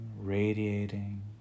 radiating